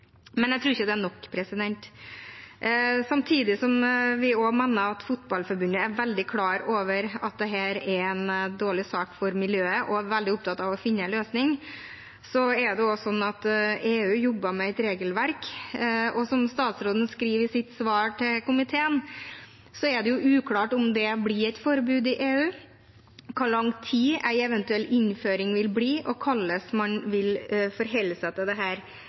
Men jeg tror ikke det er nok. Samtidig som vi mener at Norges Fotballforbund er veldig klar over at dette er en dårlig sak for miljøet og er veldig opptatt av å finne en løsning, jobber EU med et regelverk. Som statsråden skriver i sitt svar til komiteen, er det uklart om det blir et forbud i EU, hvor lang tid en eventuell innføring vil ta, og hvordan man vil forholde seg til dette også i EU, så det